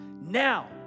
Now